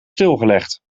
stilgelegd